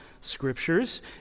scriptures